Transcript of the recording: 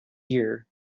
year